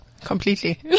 Completely